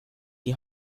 die